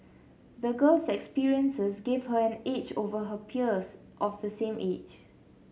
the girl's experiences gave her an edge over her peers of the same age